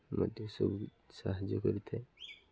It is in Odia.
ମଧ୍ୟ ସବୁ ସାହାଯ୍ୟ କରିଥାଏ